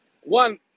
one